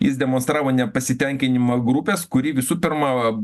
jis demonstravo nepasitenkinimą grupės kuri visų pirma